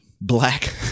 Black